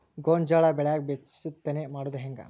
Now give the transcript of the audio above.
ಗೋಂಜಾಳ ಬೆಳ್ಯಾಗ ಹೆಚ್ಚತೆನೆ ಮಾಡುದ ಹೆಂಗ್?